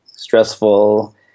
Stressful